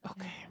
Okay